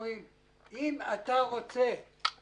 והם יודעים לעשות את העבודה אבל ידיהם קשורות.